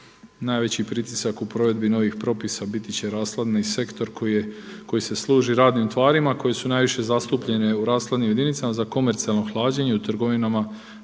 Najveći pritisak u provedbi novih propisa biti će rashladni sektor koji se služi radnim tvarima koje su najviše zastupljene u rashladnim jedinicama za komercijalno hlađenje koji